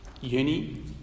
Uni